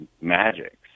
magic